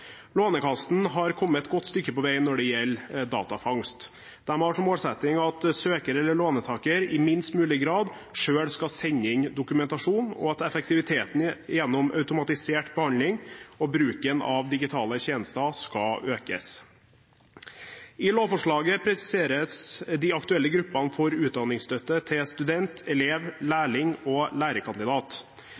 har kommet et godt stykke på vei når det gjelder datafangst. De har som målsetting at søker eller låntaker i minst mulig grad selv skal sende inn dokumentasjon, og at effektiviteten gjennom automatisert behandling og bruken av digitale tjenester skal økes. I lovforslaget presiseres de aktuelle gruppene for utdanningsstøtte til student, elev, lærling og lærekandidat.